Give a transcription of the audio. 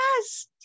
yes